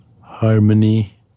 harmony